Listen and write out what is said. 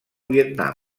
vietnam